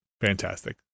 fantastic